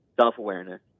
self-awareness